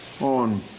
on